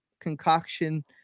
concoction